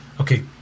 okay